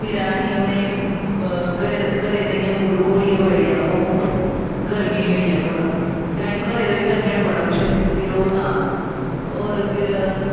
फिर असें उ'नेंगी घरै दा घरै दा इ'यां गुड़ घोलियै पाई ओड़ेआ ओह् गर्मी निं होई जा भला फिर असें घरै दा बी करने होन्ने बड़ा कुछ फिर ओह् तां होर फिर